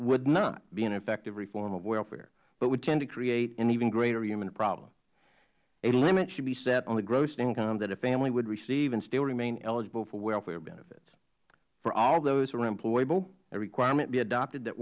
would not be an effective reform of welfare but would tend to create an even greater human problem a limit should be set on the gross income that a family would receive and still remain eligible for welfare benefits for all those who are employable a requirement be adopted that